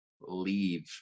leave